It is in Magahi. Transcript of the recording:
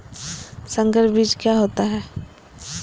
संकर बीज क्या होता है?